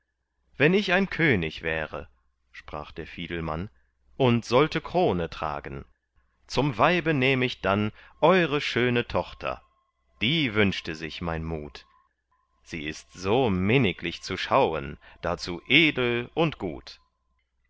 wenn ich ein könig wäre sprach der fiedelmann und sollte krone tragen zum weibe nähm ich dann eure schöne tochter die wünschte sich mein mut sie ist so minniglich zu schauen dazu edel und gut